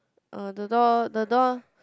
uh the door the door